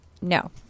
no